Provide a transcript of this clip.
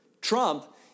Trump